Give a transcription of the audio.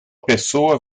pessoa